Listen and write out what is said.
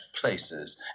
places